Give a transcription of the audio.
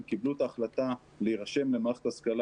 הם קיבלו את ההחלטה להירשם למערכת ההשכלה